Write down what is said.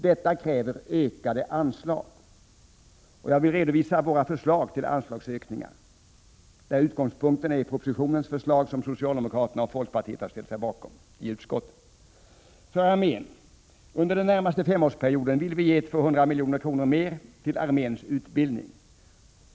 Detta kräver ökade anslag, och jag vill redovisa våra förslag till anslagsökningar där utgångspunkten är förslaget i propositionen som socialdemokraterna och folkpartiet har ställt sig bakom i utskottet. Under den närmaste femårsperioden vill vi ge 200 milj.kr. mer till arméns utbildning.